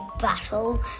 battle